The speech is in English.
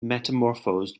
metamorphosed